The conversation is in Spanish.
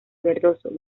verdoso